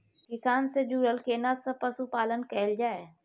किसान से जुरल केना सब पशुपालन कैल जाय?